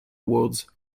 words